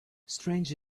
strange